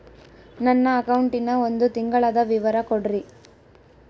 ನನ್ನ ಅಕೌಂಟಿನ ಒಂದು ತಿಂಗಳದ ವಿವರ ಕೊಡ್ರಿ?